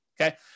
okay